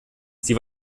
sie